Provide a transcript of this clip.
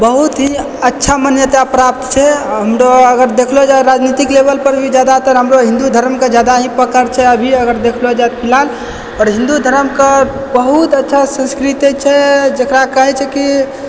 बहुत ही अच्छा मान्यता प्राप्त छै एमहरो अगर देखलहुँ जाइ राजनीतिक लेवलपर भी जादातर हमरो हिन्दू धर्मके जादा ही पकड़ छै अभी अगर देखलो जाइ फिलहाल आओर हिन्दू धर्मके बहुत अच्छा संस्कृति छै जकरा कहय छै कि